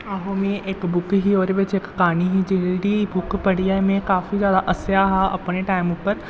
आहो में इक बुक ही ओह्दे बिच्च इक क्हानी ही जेह्ड़ी बुक पढ़ियै में काफी जैदा हस्सेआ हा अपने टाइम उप्पर